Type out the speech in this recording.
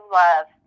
love